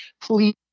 please